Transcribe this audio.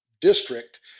district